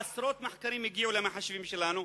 עשרות מחקרים הגיעו למחשבים שלנו,